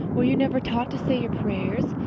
were you never taught to say your prayers?